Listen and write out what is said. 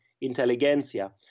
intelligentsia